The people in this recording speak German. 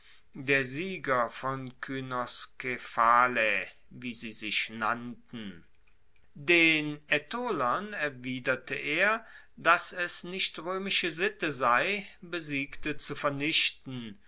der sieger von kynoskephalae wie sie sich nannten den aetolern erwiderte er dass es nicht roemische sitte sei besiegte zu vernichten